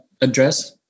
address